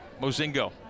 Mozingo